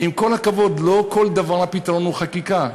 עם כל הכבוד, לא לכל דבר הפתרון הוא חקיקה.